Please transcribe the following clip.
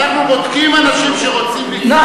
אנחנו בודקים אנשים שרוצים להצטרף אלינו,